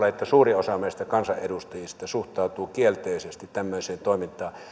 että suurin osa meistä kansanedustajista suhtautuu kielteisesti tämmöiseen toimintaan